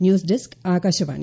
news desk Akashvani